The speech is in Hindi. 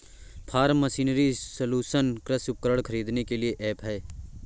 फॉर्म मशीनरी सलूशन कृषि उपकरण खरीदने के लिए ऐप है